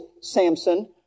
Samson